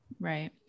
Right